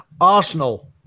Arsenal